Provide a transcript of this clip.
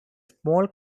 small